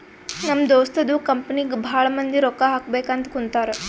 ನಮ್ ದೋಸ್ತದು ಕಂಪನಿಗ್ ಭಾಳ ಮಂದಿ ರೊಕ್ಕಾ ಹಾಕಬೇಕ್ ಅಂತ್ ಕುಂತಾರ್